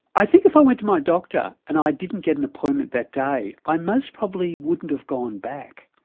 i think if i went to my doctor and i didn't get an appointment that day, i most probably wouldn't have gone back,